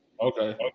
Okay